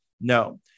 No